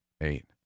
Eight